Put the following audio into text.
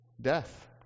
Death